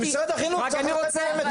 שמשרד החינוך צריך לתת להם לטפל בזה.